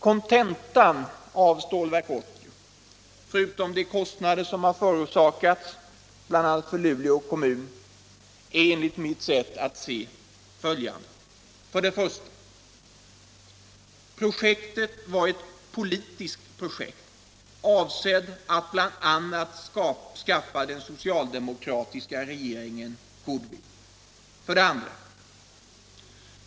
Kontentan av Stålverk 80-projektet —- förutom de kostnader som har förorsakats bl.a. för Luleå kommun =— är enligt mitt sätt att se följande: 1. Projektet var ett ”politiskt projekt”, avsett att bl.a. skaffa den socialdemokratiska regeringen goodwill. 2.